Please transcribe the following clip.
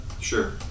Sure